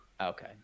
Okay